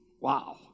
Wow